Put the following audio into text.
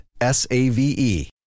S-A-V-E